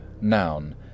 noun